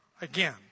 again